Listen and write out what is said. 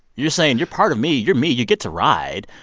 you're saying, you're part of me. you're me you get to ride.